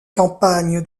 campagnes